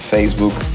Facebook